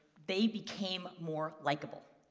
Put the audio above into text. they became more likeable.